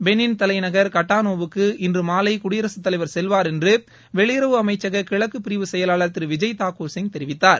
பெளின் தலைநகர் கட்டானூவுக்கு இன்று மாலை குடியரசுத் தலைவர் செல்வார் என்று வெளியுறவு அமைச்சக கிழக்குப் பிரிவு செயலாளர் திரு விஜய் தாக்கூர் சிங் தெரிவித்தார்